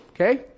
okay